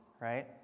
right